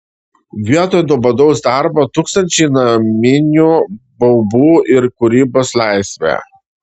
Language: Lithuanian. vietoj nuobodaus darbo tūkstančiai naminių baubų ir kūrybos laisvė